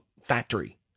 factory